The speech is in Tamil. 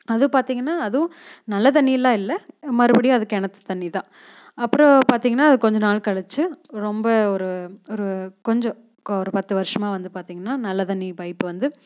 அதுவும் பார்த்தீங்கன்னா அதுவும் நல்ல தண்ணிலாம் இல்லை மறுபடியும் அது கிணற்று தண்ணி தான் அப்புறோம் பார்த்தீங்கன்னா அது கொஞ்சம் நாள் கழித்து ரொம்ப ஒரு ஒரு கொஞ்சம் கோ ஒரு பத்து வருஷமாக வந்து பார்த்தீங்கன்னா நல்ல தண்ணி பைப்பை வந்து